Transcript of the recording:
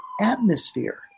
atmosphere